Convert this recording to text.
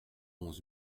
onze